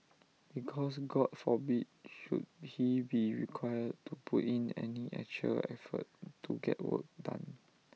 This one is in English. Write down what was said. because God forbid should he be required to put in any actual effort to get work done